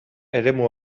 eremu